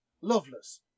Loveless